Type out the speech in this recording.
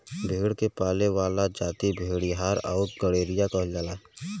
भेड़ के पाले वाला जाति भेड़ीहार आउर गड़ेरिया कहल जाला